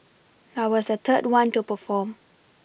I was the third one to perform